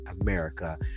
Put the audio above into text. America